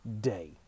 day